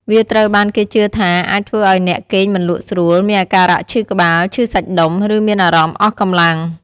វាត្រូវបានគេជឿថាអាចធ្វើឱ្យអ្នកគេងមិនលក់ស្រួល មានអាការៈឈឺក្បាល ឈឺសាច់ដុំ ឬមានអារម្មណ៍អស់កម្លាំង។